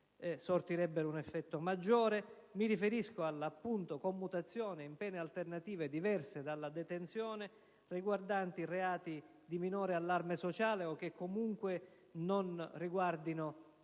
sortirebbe un effetto maggiore; mi riferisco alla commutazione in pene alternative diverse dalla detenzione per i reati di minore allarme sociale o che comunque non siamo